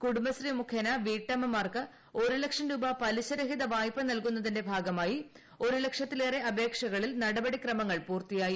കുടുംബശ്രീ മുഖേന വീട്ടമ്മമാർക്ക് ഒരു ലക്ഷം രൂപ പലിശരഹിത വായ്പ നൽകുന്നതിന്റെ ഭാഗമായി ഒരു ലക്ഷത്തിലേറെ അപേക്ഷകളിൽ നടപടിക്രമങ്ങൾ പൂർത്തിയായി